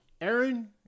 aaron